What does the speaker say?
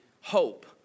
hope